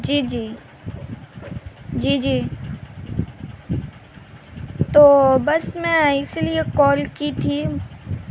جی جی جی جی تو بس میں اس لیے کال کی تھی